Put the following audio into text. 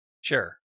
Sure